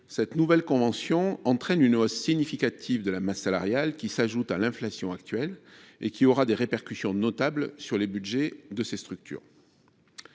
était nécessaire, il entraîne une hausse significative de la masse salariale qui s’ajoute à l’inflation actuelle et qui aura des répercussions notables sur les budgets de ces structures.